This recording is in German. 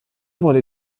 wurde